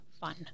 fun